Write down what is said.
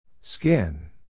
skin